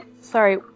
Sorry